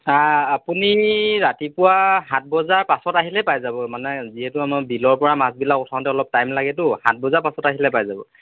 আ আপুনি ৰাতিপুৱা সাত বজাৰ পাছত আহিলেই পাই যাব মানে যিহেতু আমাৰ বিলৰ পৰা মাছবিলাক উঠাওঁতে অলপ টাইম লাগেতো সাত বজাৰ পাছত আহিলে পাই যাব